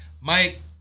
Mike